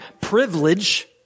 privilege